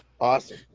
Awesome